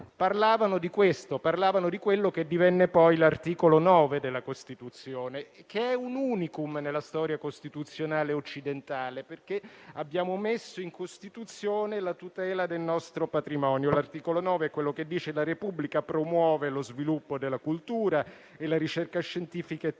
Parlavano di questo, cioè di quello che divenne poi l'articolo 9 della Costituzione, che è un *unicum* nella storia costituzionale occidentale, perché abbiamo messo in Costituzione la tutela del nostro patrimonio. L'articolo 9 dice: «La Repubblica promuove lo sviluppo della cultura e la ricerca scientifica e tecnica.